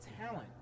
talent